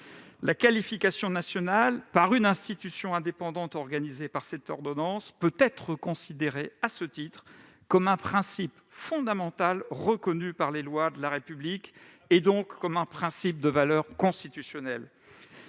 La qualification nationale par une institution indépendante organisée par cette ordonnance peut être considérée, à ce titre, comme un principe fondamental reconnu par les lois de la République et, donc, comme un principe de valeur constitutionnelle.